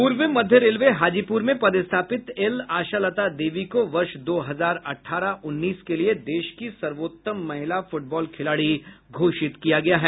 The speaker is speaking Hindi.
पूर्व मध्य रेलवे हाजीपुर में पदस्थापित एल आशा लता देवी को वर्ष दो हजार अठारह उन्नीस के लिए देश की सर्वोत्तम महिला फुटबॉल खिलाड़ी घोषित किया गया है